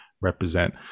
represent